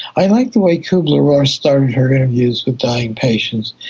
i like the way kubler-ross started her interviews with dying patients.